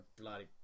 Bloody